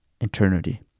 eternity